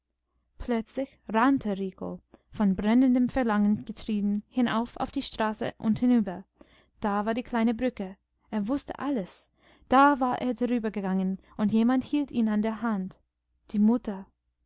plötzlich rannte rico von brennendem verlangen getrieben hinauf auf die straße und hinüber da war die kleine brücke er wußte alles da war er darübergegangen und jemand hielt ihn an der hand die mutter